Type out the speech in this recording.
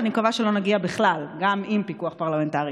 ואני מקווה שלא נגיע בכלל, גם עם פיקוח פרלמנטרי.